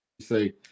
say